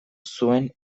zuen